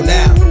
now